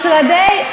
זה לא שעת שאלות,